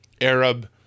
Arab